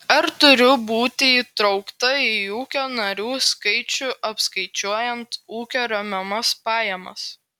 ar turiu būti įtraukta į ūkio narių skaičių apskaičiuojant ūkio remiamas pajamas